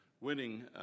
winning